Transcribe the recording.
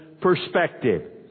perspective